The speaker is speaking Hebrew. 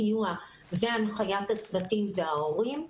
סיוע והנחיית הצוותים וההורים,